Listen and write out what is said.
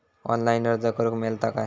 Online अर्ज करूक मेलता काय?